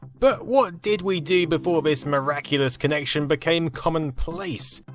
but what did we do before this miraculous connection became common place?